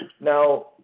now